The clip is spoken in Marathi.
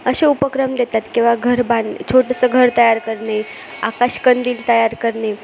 असे उपक्रम देतात किंवा घर बांध छोटंसं घर तयार करणे आकाशकंदील तयार करणे